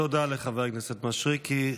תודה לחבר הכנסת מישרקי.